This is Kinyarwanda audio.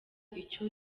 icyo